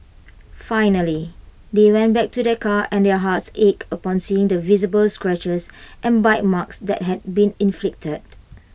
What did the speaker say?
finally they went back to their car and their hearts ached upon seeing the visible scratches and bite marks that had been inflicted